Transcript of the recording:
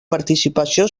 participació